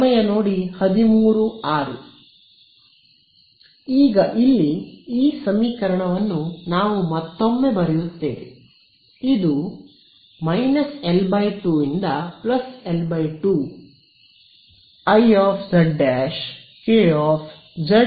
ಈಗ ಇಲ್ಲಿ ಈ ಸಮೀಕರಣವನ್ನು ನಾವು ಮತ್ತೊಮ್ಮೆ ಬರೆಯುತ್ತೇವೆ ಇದು −L2∫−L2Iz'Kzz'dz'Ezi